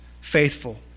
faithful